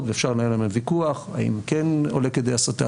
ואפשר לנהל ויכוח האם כן עולה כדי הסתה,